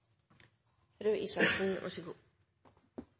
Røe Isaksen, vær så god.